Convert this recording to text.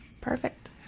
Perfect